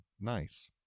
nice